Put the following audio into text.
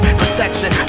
protection